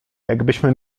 jakbyśmy